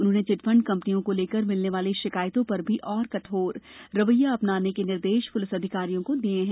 उन्होंने चिटफंड कम्पनियों को लेकर मिलने वाली शिकायतों पर भी और कठोर रवैया अपनाने के निर्देश पुलिस अधिकारियों को दिये हैं